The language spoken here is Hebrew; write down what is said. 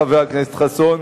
חבר הכנסת חסון,